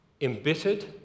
embittered